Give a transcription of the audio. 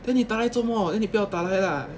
then 你打来做么 then 你不要打来 lah